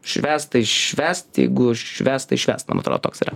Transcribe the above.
švęst tai švęst jeigu švęst tai švęst man atrodo toks yra